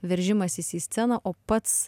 veržimasis į sceną o pats